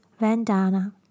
vandana